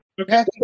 Okay